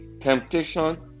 temptation